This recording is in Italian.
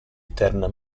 eterna